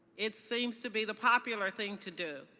it seems to be the popular thing to do.